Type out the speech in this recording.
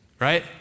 right